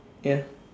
ya